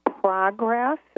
progress